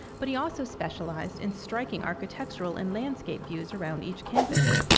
but he also specialized in striking architectural and landscape views around each canvas.